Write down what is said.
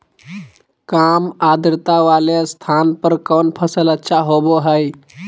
काम आद्रता वाले स्थान पर कौन फसल अच्छा होबो हाई?